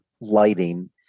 lighting